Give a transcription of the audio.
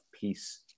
peace